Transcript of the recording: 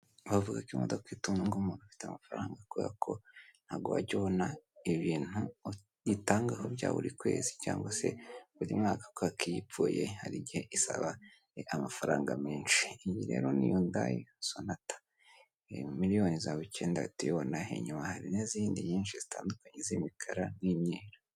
Avuga ko imodoka itunga umuntu ufite amafaranga kubera ko ntago wajya ubona ibintu uyitangaho bya buri kwezi cyangwa se buri mwaka koko iyipfuye hari igihe isaba amafaranga menshi iyi rero ni yundayi sonata miliyoni zawe icyenda wahita uyibona inyuma hari n'izindi nyinshi zitandukanye z'imikara n'imyeru.